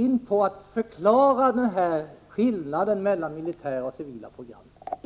inte förklara skillnaden mellan militära och civila program?